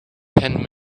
ten